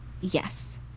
Yes